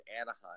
Anaheim